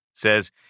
says